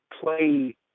play